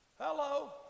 Hello